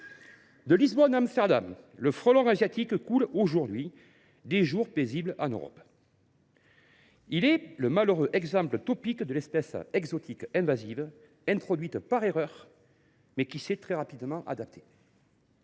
De Lisbonne à Amsterdam, le frelon asiatique coule aujourd’hui des jours paisibles en Europe, malheureux exemple topique d’une espèce exotique invasive, introduite par erreur, mais qui s’est très rapidement adaptée.